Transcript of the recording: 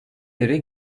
yere